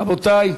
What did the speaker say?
רבותי,